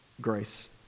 grace